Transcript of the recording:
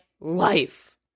life